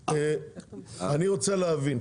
אני רוצה להבין.